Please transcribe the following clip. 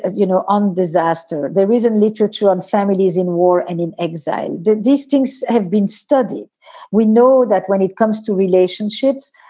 and you know, on disaster. there isn't literature on families in war and in exile. the distinct have been studied we know that when it comes to relationships,